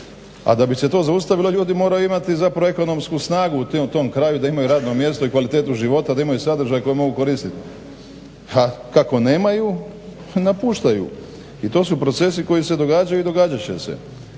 a da bi se to zaustavilo ljudi moraju imati zapravo ekonomsku snagu u tom kraju da imaju radno mjesto i kvalitetu života, da imaju sadržaj koji mogu koristit, a kako nemaju napuštaju i to su procesi koji se događaju i događat će se.